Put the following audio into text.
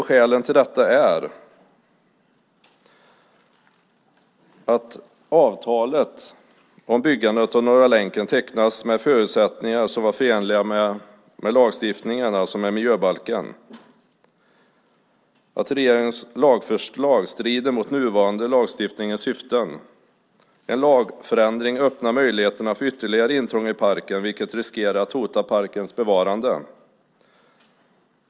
Skälen till detta är att avtalet om byggande av Norra länken tecknats med förutsättningar som var förenliga med lagstiftningen, alltså med miljöbalken, och att regeringens lagförslag strider mot nuvarande lagstiftnings syften. En lagförändring öppnar möjligheterna för ytterligare intrång i parken, vilket riskerar att hota parkens bevarande.